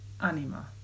Anima